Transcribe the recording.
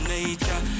Nature